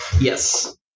Yes